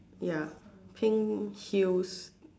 ya pink heels